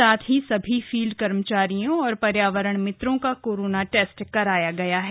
साथ ही सभी फील्ड कर्मचारियों और पर्यावरण मित्रो का कोराना टेस्ट कराया गया है